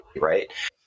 right